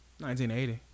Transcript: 1980